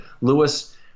Lewis